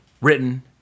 written